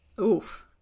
oof